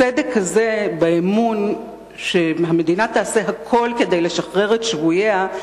הסדק הזה באמון שהמדינה תעשה הכול כדי לשחרר את שבוייה,